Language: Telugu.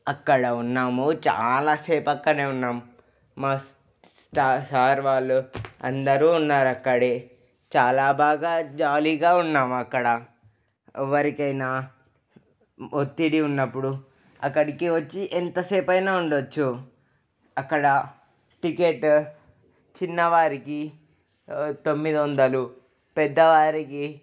అక్కడ ఉన్నాము చాలాసేపక్కడే ఉన్నాం మా సా సార్ వాళ్ళు అందరూ ఉన్నారు అక్కడే చాలా బాగా జాలీగా ఉన్నాం అక్కడ ఎవరికైనా ఒత్తిడి ఉన్నప్పుడు అక్కడికి వచ్చి ఎంతసేపైనా ఉండొచ్చు అక్కడ టికెట్ చిన్నవారికి తొమ్మిది వందలు పెద్దవారికి